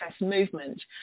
movement